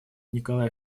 николай